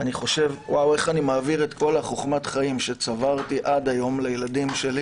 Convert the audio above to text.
אני חושב איך אני מעביר את כל חכמת החיים שצברתי עד היום לילדים שלי